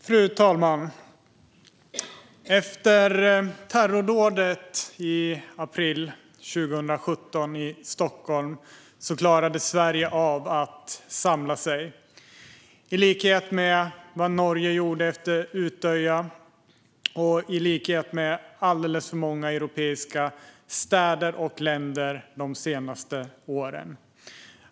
Fru talman! Efter terrordådet i Stockholm i april 2017 klarade Sverige av att samla sig. I likhet med vad Norge gjorde efter Utøya och i likhet med alldeles för många europeiska städer och länder de senaste åren.